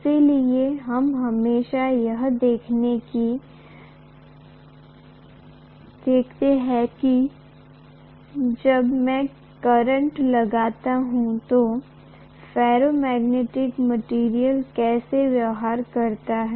इसलिए हम हमेशा यह देखते हैं कि जब मैं करंट लगाता हूं तो फेरोमैग्नेटिक मटीरियल कैसा व्यवहार करता है